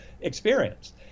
experience